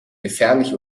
gefährlich